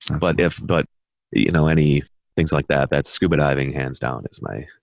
but if, but you know, any things like that, that's scuba diving hands down is my,